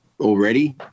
Already